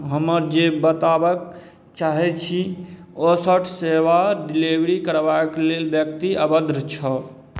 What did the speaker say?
हमर जे बताबैके चाहै छी औसत सेवा डिलिवरी करबाक लेल व्यक्ति अभद्र छल